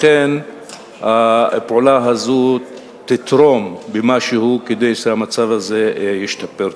אכן הפעולה הזאת תתרום במשהו כדי שהמצב הזה ישתפר.